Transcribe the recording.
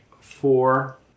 four